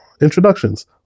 Introductions